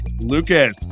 Lucas